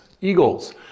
eagles